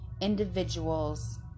individuals